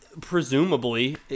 Presumably